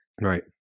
Right